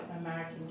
American